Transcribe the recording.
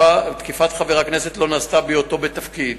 ותקיפת חבר הכנסת לא נעשתה בהיותו בתפקיד,